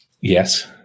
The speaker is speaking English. Yes